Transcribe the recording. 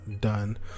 done